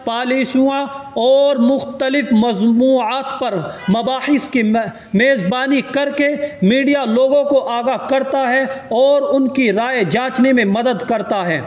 پالیسیوں اور مختلف مضوعات پر مباحث کی میزبانی کر کے میڈیا لوگوں کو آگاہ کرتا ہے اور ان کی رائے چانچنے میں مدد کرتا ہے